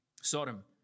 Sodom